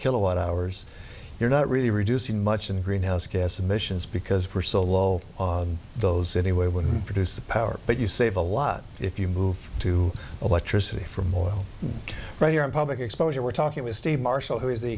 kilowatt hours you're not really reducing much in greenhouse gas emissions because we're so low on those anyway would reduce the power but you save a lot if you move to electricity from oil right here in public exposure we're talking with steve marshall who is the